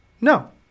No